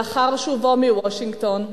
לאחר שובו מוושינגטון,